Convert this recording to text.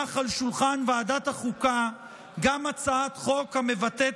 תונח על שולחן ועדת החוקה גם הצעת חוק המבטאת